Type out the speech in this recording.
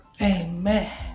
Amen